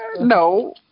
No